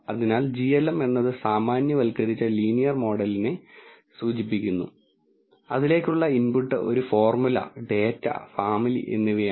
അതിനാൽ glm എന്നത് സാമാന്യവൽക്കരിച്ച ലീനിയർ മോഡലിനെ സൂചിപ്പിക്കുന്നു അതിലേക്കുള്ള ഇൻപുട്ട് ഒരു ഫോർമുല ഡാറ്റ ഫാമിലി എന്നിവയാണ്